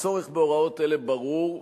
הצורך בהוראות אלה ברור,